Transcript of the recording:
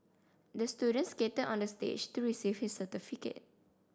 the student skated on the stage to receive his certificate